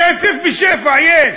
כסף בשפע יש.